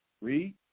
Read